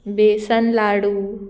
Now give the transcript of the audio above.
बेसन लाडू